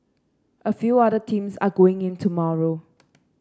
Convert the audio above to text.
a few other teams are going in tomorrow